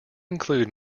include